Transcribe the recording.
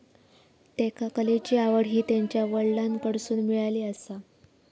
त्येका कलेची आवड हि त्यांच्या वडलांकडसून मिळाली आसा